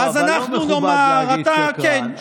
לא, אבל לא מכובד להגיד "שקרן".